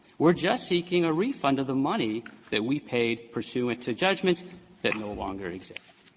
we're just seeking a refund of the money that we paid pursuant to judgments that no longer exist.